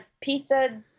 pizza